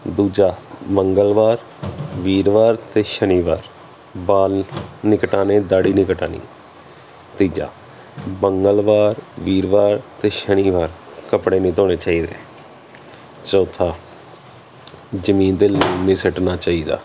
ਦੂਜਾ ਮੰਗਲਵਾਰ ਵੀਰਵਾਰ ਅਤੇ ਸ਼ਨੀਵਾਰ ਵਾਲ ਨਹੀਂ ਕਟਵਾਉਣੇ ਦਾੜ੍ਹੀ ਨਹੀਂ ਕਟਵਾਉਣੀ ਤੀਜਾ ਮੰਗਲਵਾਰ ਵੀਰਵਾਰ ਅਤੇ ਸ਼ਨੀਵਾਰ ਕੱਪੜੇ ਨਹੀਂ ਧੋਣੇ ਚਾਹੀਦੇ ਚੌਥਾ ਜ਼ਮੀਨ 'ਤੇ ਲੂਣ ਨਹੀਂ ਸੁੱਟਣਾ ਚਾਹੀਦਾ